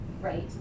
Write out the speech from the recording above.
right